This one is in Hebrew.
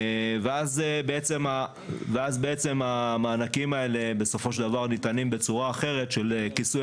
ואז בעצם המענקים האלו בסופו של דבר ניתנים בצורה אחרת של כיסוי